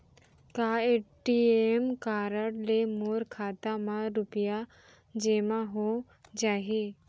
का ATM card ले मोर खाता म रुपिया जेमा हो जाही?